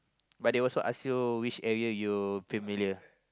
but they'll also ask you with area you familiar